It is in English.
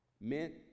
meant